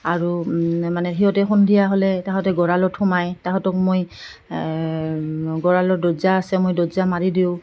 আৰু মানে সিহঁতে সন্ধিয়া হ'লে তাহাঁঁতে গঁৰালত সোমায় তাহাঁতক মই গঁৰালৰ দৰ্জা আছে মই দৰ্জা মাৰি দিওঁ